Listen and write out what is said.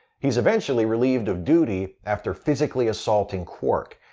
he's eventually relieved of duty after physically assaulting quark.